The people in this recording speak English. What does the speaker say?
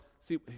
see